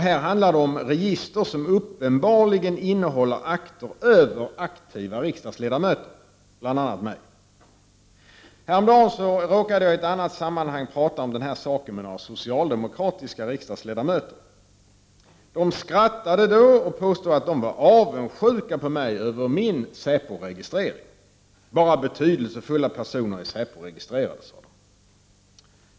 Här handlar det om register som uppenbarligen innehåller akter om aktiva riksdagsledamöter, bl.a. mig. Häromdagen råkade jag i ett annat sammanhang prata om denna sak med några socialdemokratiska riksdagsledamöter. De skrattade då och påstod att de var avundsjuka på mig över min säporegistrering. Bara betydelsefulla personer är säporegistrerade, sade de.